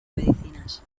medicinas